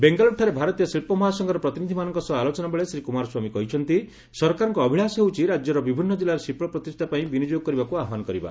ବେଙ୍ଗାଲୁରୁଠାରେ ଭାରତୀୟ ଶିଳ୍ପ ମହାସଂଘର ପ୍ରତିନିଧିମାନଙ୍କ ସହ ଆଲୋଚନାବେଳେ ଶ୍ରୀ କୁମାରସ୍ୱାମୀ କହିଛନ୍ତି ସରକାରଙ୍କ ଅଭିଳାସ ହେଉଛି ରାଜ୍ୟର ବିଭିନ୍ନ କିଲ୍ଲାରେ ଶିଳ୍ପ ପ୍ରତିଷ୍ଠାପାଇଁ ବିନିଯୋଗ କରିବାକୁ ଆହ୍ୱାନ କରିବା